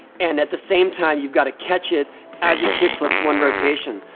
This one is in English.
and, at the same, time, you've gotta catch it as it kickflips one rotation.